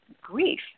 grief